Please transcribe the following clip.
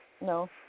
No